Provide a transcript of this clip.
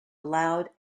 loud